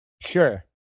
Sure